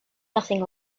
nothing